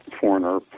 foreigner